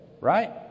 right